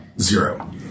Zero